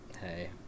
Hey